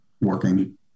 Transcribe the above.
working